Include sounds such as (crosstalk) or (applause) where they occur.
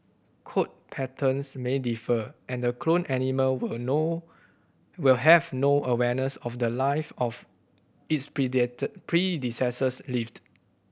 coat patterns may differ and the cloned animal will no will have no awareness of the life of its (unintelligible) predecessor lived